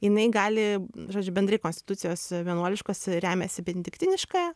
jinai gali žodžiu bendrai konstitucijos vienuoliškos remiasi benediktiniška